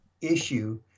issue